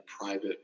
private